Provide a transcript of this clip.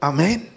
Amen